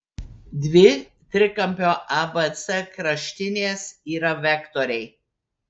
dvi trikampio abc kraštinės yra vektoriai